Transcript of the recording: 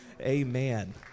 Amen